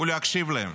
ולהקשיב להם.